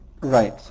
Right